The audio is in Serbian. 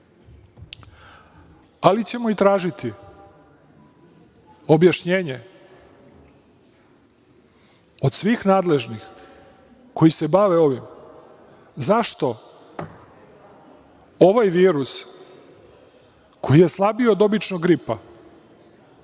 ali ćemo i tražiti objašnjenje od svih nadležnih koji se bave ovim zašto ovaj virus koji je slabiji od običnog gripa